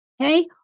okay